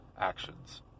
actions